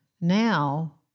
now